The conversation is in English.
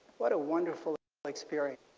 what a wonderful like experience.